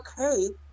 okay